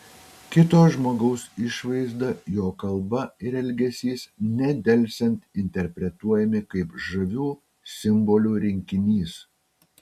kito žmogaus išvaizda jo kalba ir elgesys nedelsiant interpretuojami kaip žavių simbolių rinkinys